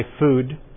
food